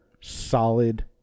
solid